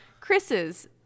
Chris's